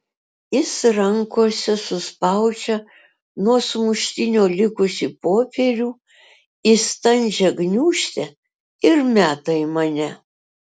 jis rankose suspaudžia nuo sumuštinio likusį popierių į standžią gniūžtę ir meta į mane